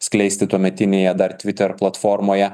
skleisti tuometinėje dar tviter platformoje